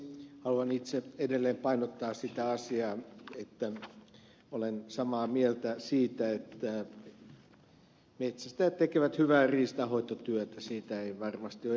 haluan itse edelleen painottaa sitä asiaa että olen samaa mieltä siitä että metsästäjät tekevät hyvää riistanhoitotyötä siitä ei varmasti ole epäselvyyttä